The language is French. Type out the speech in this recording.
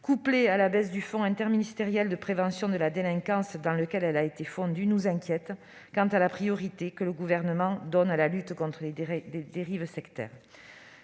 couplée à la baisse du fonds interministériel de prévention de la délinquance, dans lequel elle a été fondue, nous inquiète quant à la priorité que le Gouvernement accorde à la lutte contre les dérives sectaires.